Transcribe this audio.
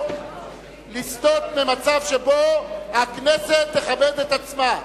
לסטות ממצב שבו הכנסת תכבד את עצמה.